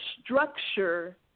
structure